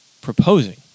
proposing